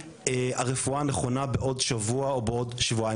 הרפואה הנכונה בעוד שבוע או בעוד שבועיים,